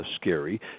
scary